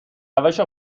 روش